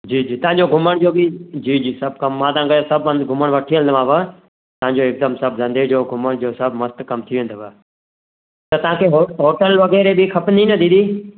जी जी तव्हांजो घुमण जो बि जी जी सभु कमु मां तव्हांखे सभु हंधु घुमणु वठी हलंदोमांव तव्हांजे एकदमि सभु धंधे जो घुमण जो सभु मस्तु कमु थी वेंदव त तव्हांखे हॉ हॉटल वग़ैरह बि खपंदी न दीदी